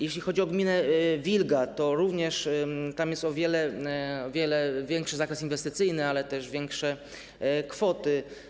Jeśli chodzi o gminę Wilga, to tam również jest o wiele większy zakres inwestycyjny, ale też większe kwoty.